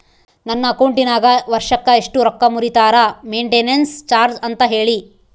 ನನ್ನ ಅಕೌಂಟಿನಾಗ ವರ್ಷಕ್ಕ ಎಷ್ಟು ರೊಕ್ಕ ಮುರಿತಾರ ಮೆಂಟೇನೆನ್ಸ್ ಚಾರ್ಜ್ ಅಂತ ಹೇಳಿ?